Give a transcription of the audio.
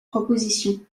propositions